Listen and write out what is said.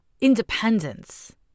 independence